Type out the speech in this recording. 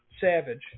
Savage